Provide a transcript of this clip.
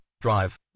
Drive